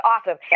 awesome